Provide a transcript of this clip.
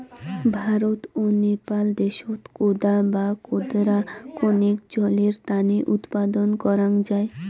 ভারত ও নেপাল দ্যাশত কোদা বা কোদরা কণেক জলের তানে উৎপাদন করাং যাই